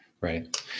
Right